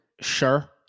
sure